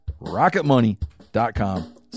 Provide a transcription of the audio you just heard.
rocketmoney.com